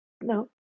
No